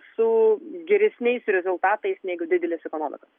su geresniais rezultatais negu didelės ekonomikos